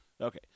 Okay